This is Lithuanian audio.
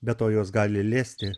be to jos gali lesti